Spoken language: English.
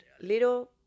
little